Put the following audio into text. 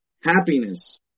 Happiness